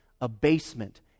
abasement